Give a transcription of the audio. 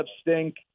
stink